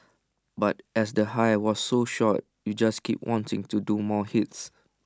but as the high was so short you just keep wanting to do more hits